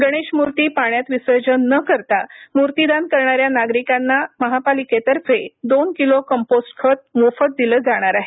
गणेश मूर्ती पाण्यात विसर्जन न करता मूर्तीदान करणाऱ्या नागरिकांना महापालिकेतर्फे दोन किलो कपोस्ट खत मोफत दिलं जाणार आहे